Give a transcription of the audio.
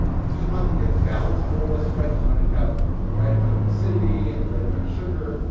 you just want to get the balance more or less right. you want it to have the right amount of acidity and the right amount of sugar.